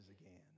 again